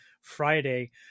Friday